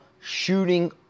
shooting